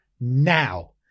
now